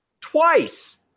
Twice